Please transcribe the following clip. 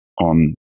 on